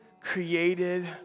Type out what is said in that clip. created